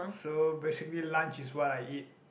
so basically lunch is what I eat